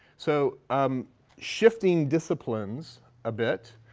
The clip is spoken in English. so um shifting disciplines a bit,